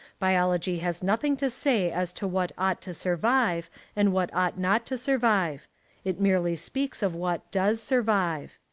biology has nothing to say as to what ought to survive and what ought not to survive it merely speaks of what does survive.